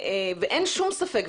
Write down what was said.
אין שום ספק,